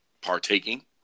partaking